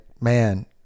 man